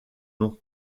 nom